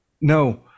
No